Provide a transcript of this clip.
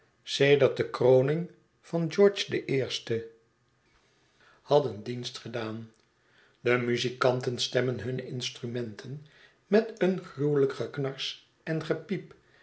sedert de kroning van george i hadden dienst gedaan be muzikanten stemmen hunne instrumenten met een gruwelijk geknars en gepiep